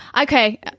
Okay